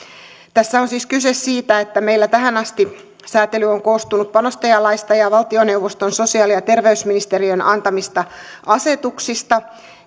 tässä on siis kyse siitä että meillä tähän asti säätely on koostunut panostajalaista ja valtioneuvoston ja sosiaali ja terveysministeriön antamista asetuksista